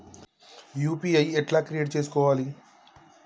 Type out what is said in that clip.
UPI ఎట్లా create చేసుకోవాలి?